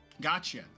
Gotcha